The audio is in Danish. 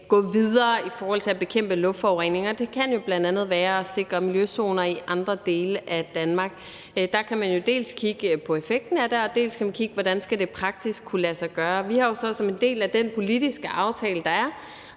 gå videre i forhold til at bekæmpe luftforurening. Og det kan jo bl.a. være ved at sikre miljøzoner i andre dele af Danmark. Der kan man jo dels kigge på effekten af det, dels kigge på, hvordan det praktisk kan lade sig gøre. Vi har jo som en del af den politiske aftale, der er,